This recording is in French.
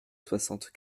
soixante